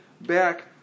back